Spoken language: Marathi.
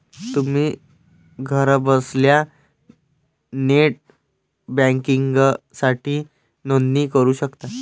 तुम्ही घरबसल्या नेट बँकिंगसाठी नोंदणी करू शकता